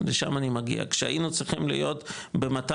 לשם אני מגיע, כשהיינו צריכים להיות ב-2,800.